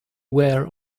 were